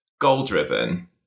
goal-driven